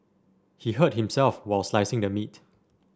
he hurt himself while slicing the meat